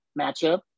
matchup